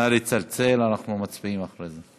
נא לצלצל, אנחנו מצביעים אחרי זה.